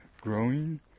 growing